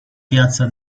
piazza